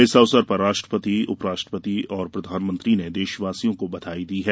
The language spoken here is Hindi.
इस अवसर पर राष्ट्रपति उपराष्ट्रपति और प्रधानमंत्री ने देशवासियों को बधाई दी है